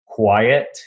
quiet